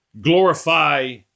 glorify